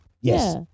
Yes